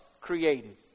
created